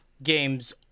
Games